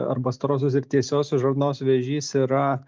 arba storosios ir tiesiosios žarnos vėžys yra